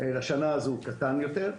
לשנה הזו היו מספר אירועים קטן יותר.